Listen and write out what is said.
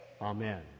Amen